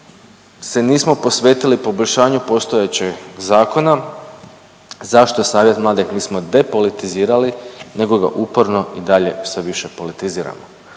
se nismo posvetili poboljšanju postojećeg zakona, zašto Savjet mladih nismo depolitizirali nego ga uporno i dalje sve više politiziramo.